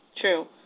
true